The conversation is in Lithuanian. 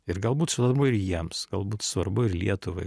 ir galbūt svarbu ir jiems galbūt svarbu ir lietuvai